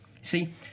See